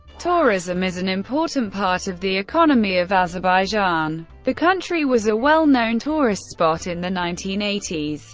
tourism is an important part of the economy of azerbaijan. the country was a well-known tourist spot in the nineteen eighty s.